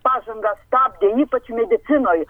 pažangą stabdė ypač medicinoj